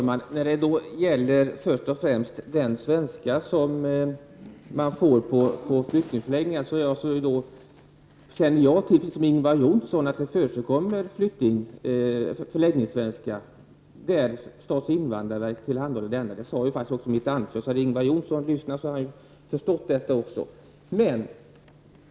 Herr talman! Jag — liksom Ingvar Johnsson — känner väl till att det på förläggningarna förekommer svenskundervisning som statens invandrarverk tillhandahåller. Det sade jag också i mitt anförande. Hade Ingvar Johnsson lyssnat, hade han också förstått detta.